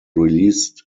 released